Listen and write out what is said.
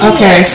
Okay